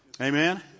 Amen